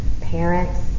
parents